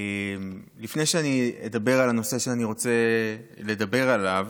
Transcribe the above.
לפני שאני אדבר על הנושא שאני רוצה לדבר עליו